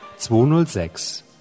206